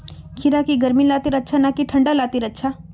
खीरा की गर्मी लात्तिर अच्छा ना की ठंडा लात्तिर अच्छा?